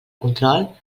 control